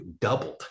doubled